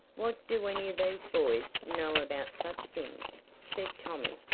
what do any of these boys know about such things! said tommy,